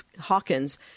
Hawkins